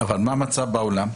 אבל מה המצב בעולם?